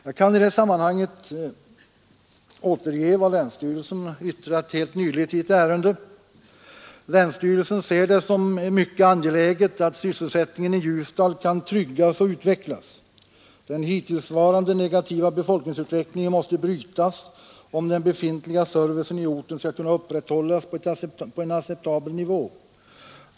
Jag kan i det sammanhanget återge vad länsstyrelsen helt nyligen yttrade i ett ärende. Länsstyrelsen ser det som mycket angeläget att sysselsättningen i Ljusdal kan tryggas och utvecklas. Den hittillsvarande negativa befolkningsutvecklingen måste brytas, om den befintliga servicen i orten skall kunna upprätthållas på en acceptabel nivå.